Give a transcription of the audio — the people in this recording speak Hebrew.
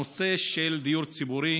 כבוד השר, בנושא של הדיור הציבורי